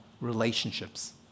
relationships